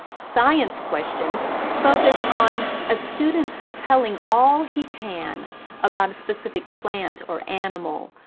science questions focus on a student's telling all he can about a specific plant or animal,